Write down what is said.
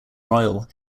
royle